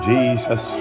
Jesus